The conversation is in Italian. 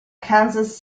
kansas